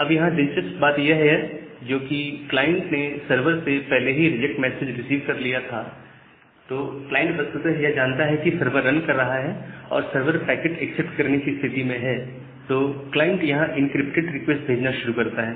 अब यहां दिलचस्प बात यह है कि जो कि क्लाइंट ने सर्वर से पहले ही रिजेक्ट मैसेज रिसीव कर लिया था तो क्लाइंट वस्तुतः यह जानता है कि सर्वर रन कर रहा है और सर्वर पैकेट एक्सेप्ट करने की स्थिति में है तो क्लाइंट यहां इंक्रिप्टेड रिक्वेस्ट भेजना शुरू कर सकता है